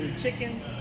Chicken